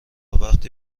وقتی